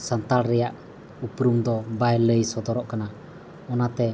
ᱥᱟᱱᱛᱟᱲ ᱨᱮᱭᱟᱜ ᱩᱯᱨᱩᱢ ᱫᱚ ᱵᱟᱭ ᱞᱟᱹᱭ ᱥᱚᱫᱚᱨᱚᱜ ᱠᱟᱱᱟ ᱚᱱᱟᱛᱮ